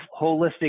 holistic